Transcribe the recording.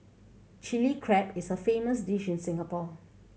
Chilli Crab is a famous dish in Singapore